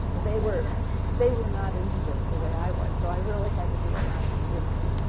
they were they were not into this the way i was, so i really had to do a lot of convincing.